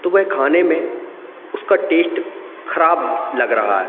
तो वह खाने में उसका टेस्ट खराब लग रहा है